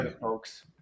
folks